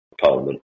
Parliament